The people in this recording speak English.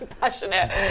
passionate